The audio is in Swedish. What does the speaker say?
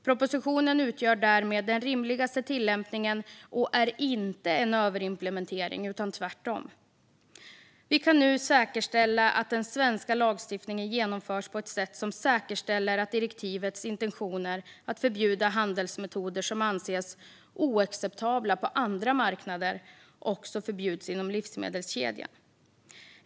Propositionen utgör därmed den rimligaste tillämpningen och är inte en överimplementering utan tvärtom. Vi kan nu se till att den svenska lagstiftningen genomförs på ett sätt som säkerställer direktivets intentioner, nämligen att handelsmetoder som anses oacceptabla på andra marknader också förbjuds inom livsmedelskedjan.